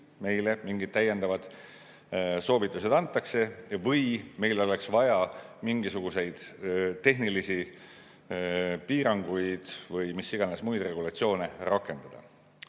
meile mingid täiendavad soovitused antakse või kui meil oleks vaja mingisuguseid tehnilisi piiranguid või mis iganes muid regulatsioone rakendada.